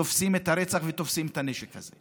תופסים את הרוצח ותופסים את הנשק הזה.